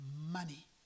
money